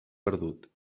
perdut